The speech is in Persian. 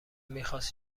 میخواست